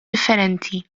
differenti